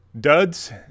duds